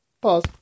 Pause